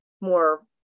more